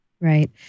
Right